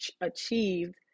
achieved